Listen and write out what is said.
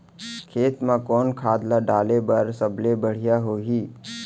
खेत म कोन खाद ला डाले बर सबले बढ़िया होही?